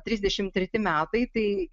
trisdešimt treti metai tai